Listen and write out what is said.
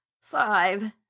Five